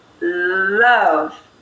Love